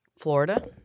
Florida